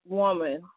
woman